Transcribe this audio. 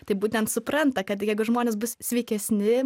taip būtent supranta kad jeigu žmonės bus sveikesni